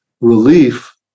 relief